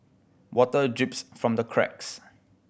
water drips from the cracks